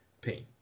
pain